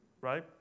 Right